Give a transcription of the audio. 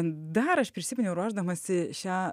dar aš prisiminiau ruošdamasi šią